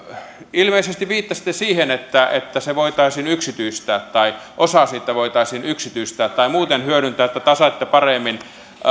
ilmeisesti viittasitte siihen että että se voitaisiin yksityistää tai osa siitä voitaisiin yksityistää tai muuten hyödyntää tasetta paremmin